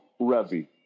Revy